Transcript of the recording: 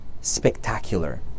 spectacular